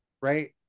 right